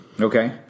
Okay